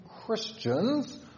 Christians